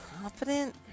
confident